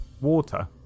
water